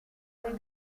jorge